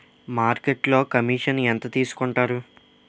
మార్కెట్లో కమిషన్ ఎంత తీసుకొంటారు?